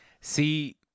See